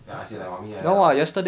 then I say like mummy like that [what]